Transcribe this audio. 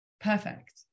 perfect